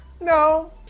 No